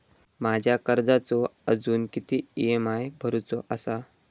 माझ्या कर्जाचो अजून किती ई.एम.आय भरूचो असा?